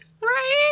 Right